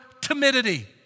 timidity